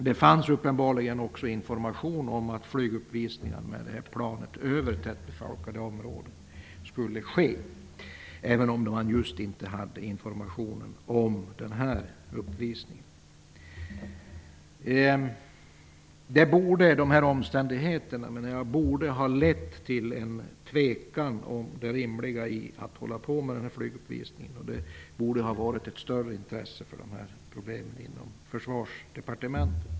Det fanns uppenbarligen också information om att flygvapnet skulle ha flyguppvisningar över tättbefolkade områden med det här planet, även om regeringen inte hade information om just den här uppvisningen. Dessa omständigheter borde ha lett till en tvekan om det rimliga i att ha flyguppvisningar. Det borde ha funnits ett större intresse för de här problemen inom Försvarsdepartementet.